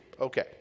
Okay